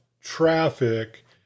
traffic